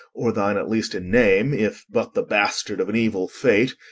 or thine at least in name, if but the bastard of an evil fate,